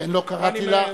לכן לא קראתי לה.